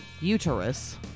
uterus